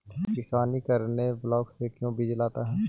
किसान करने ब्लाक से बीज क्यों लाता है?